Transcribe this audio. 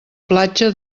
platja